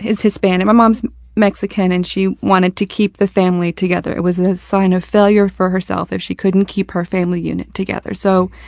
is hispanic. my mom's mexican and she wanted to keep the family together. it was a sign of failure for herself if she could keep her family unit together. so,